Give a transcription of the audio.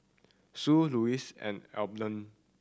Sue Lossie and Abner